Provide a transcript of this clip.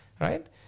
right